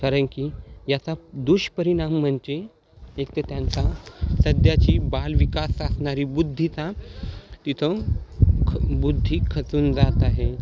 कारण की याचा दुष्परिणाम म्हणजे एक ते त्यांचा सध्याची बालविकास असणारी बुद्धीमत्ता तिथं ख बुद्धी खचून जात आहे